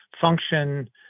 function